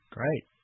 Great